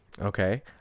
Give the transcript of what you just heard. okay